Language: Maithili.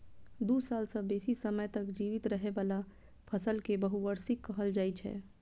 दू साल सं बेसी समय तक जीवित रहै बला फसल कें बहुवार्षिक कहल जाइ छै